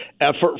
effort